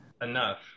Enough